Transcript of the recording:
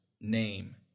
name